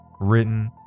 Written